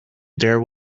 there